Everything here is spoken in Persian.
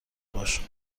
باش